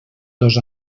dos